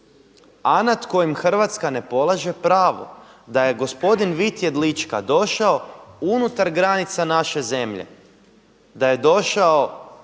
a nad kojim Hrvatska ne polaže pravo. Da je gospodin Vit Jedlička došao unutar granica naše zemlje, da je došao